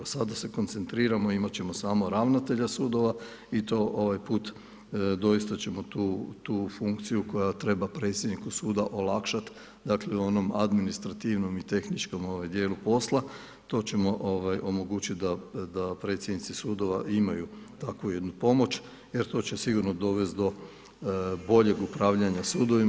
Sada se koncentriramo, imat ćemo samo ravnatelja sudova i to ovaj put doista ćemo tu funkciju koja treba predsjedniku suda olakšati dakle u onom administrativnom i tehničkom dijelu posla, to ćemo omogućiti da predsjednici sudova imaju takvu jednu pomoć jer to će sigurno dovesti do boljeg upravljanja sudovima.